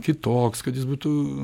kitoks kad jis būtų